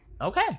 okay